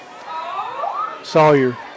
Sawyer